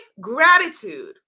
gratitude